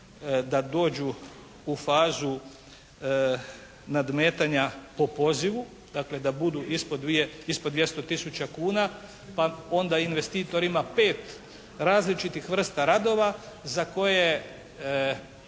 da dođu u fazu nadmetanja po pozivu. Dakle da budu ispod dvije, ispod 200 tisuća kuna pa onda investitor ima 5 različitih vrsta radova za koje